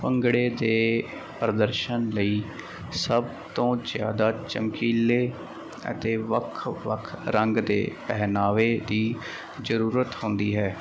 ਭੰਗੜੇ ਦੇ ਪ੍ਰਦਰਸ਼ਨ ਲਈ ਸਭ ਤੋਂ ਜਿਆਦਾ ਚਮਕੀਲੇ ਅਤੇ ਵੱਖ ਵੱਖ ਰੰਗ ਦੇ ਪਹਿਨਾਵੇ ਦੀ ਜਰੂਰਤ ਹੁੰਦੀ ਹੈ